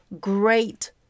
great